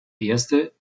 erste